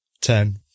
Ten